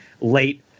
late